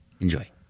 enjoy